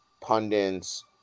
pundits